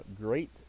Great